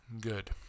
good